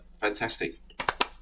fantastic